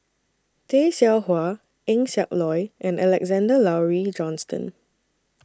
Tay Seow Huah Eng Siak Loy and Alexander Laurie Johnston